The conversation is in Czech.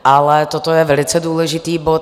Ale toto je velice důležitý bod.